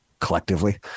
collectively